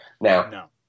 Now